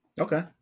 Okay